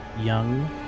young